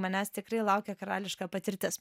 manęs tikrai laukia karališka patirtis